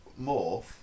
Morph